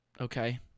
okay